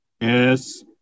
Yes